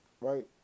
right